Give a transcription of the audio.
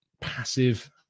passive